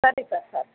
ಸರಿ sir sir